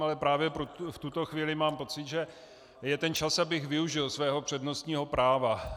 Ale právě v tuto chvíli mám pocit, že je ten čas, abych využil svého přednostního práva.